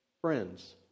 friends